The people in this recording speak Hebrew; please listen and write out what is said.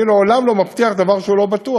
אני לעולם לא מבטיח דבר שהוא לא בטוח.